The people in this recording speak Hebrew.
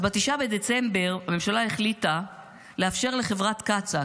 ב-9 בדצמבר הממשלה החליטה לאפשר לחברת קצא"א,